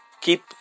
keep